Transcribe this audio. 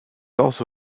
also